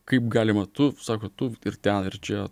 kaip galima tu sako tu ir ten ir čia